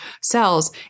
cells